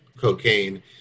cocaine